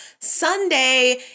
Sunday